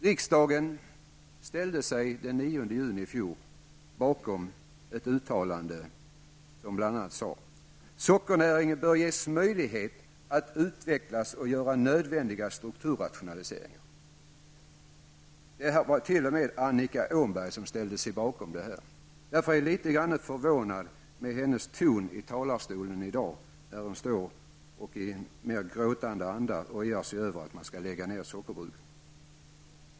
Riksdagen ställde sig den 9 juni i fjol bakom följande uttalande: ''Sockernäringen bör ges möjlighet att utvecklas och göra nödvändiga strukturrationaliseringar.'' T.o.m. Annika Åhnberg ställde sig bakom det här. Därför är jag litet förvånad över hennes ton i talarstolen när hon står och i en mer gråtande anda ojar sig över att man skall lägga ned sockerbruken.